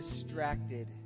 distracted